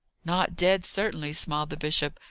not dead, certainly, smiled the bishop,